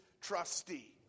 trustee